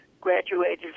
graduated